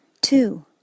Two